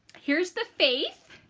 here's the faith